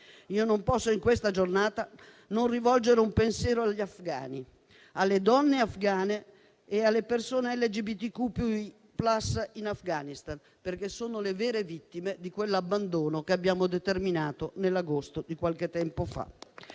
Io non posso in questa giornata non rivolgere un pensiero agli afgani, alle donne afgane e alle persone LGBTQIA+ in Afghanistan perché sono le vere vittime di quell'abbandono che abbiamo determinato nell'agosto di qualche tempo fa.